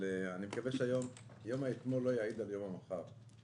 אני מקווה שיום האתמול לא יעיד על יום המחר.